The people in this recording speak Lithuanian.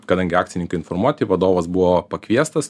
kadangi akcininkai informuoti vadovas buvo pakviestas